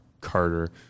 Carter